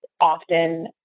often